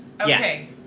Okay